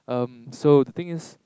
erm so the thing is